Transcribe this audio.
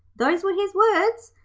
those were his words.